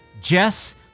Jess